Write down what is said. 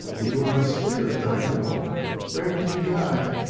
you are a spirit, i know where did you die?